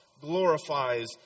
glorifies